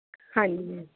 ਹਾਂਜੀ